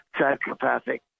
psychopathic